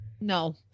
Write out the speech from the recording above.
No